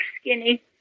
skinny